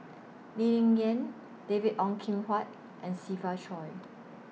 Lee Ling Yen David Ong Kim Huat and Siva Choy